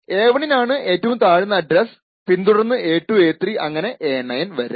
a1 നാണു ഏറ്റവും താഴ്ന്ന അഡ്രസ്സ് പിന്തുടർന്ന് a2 a3 അങ്ങനെ a9 വരെ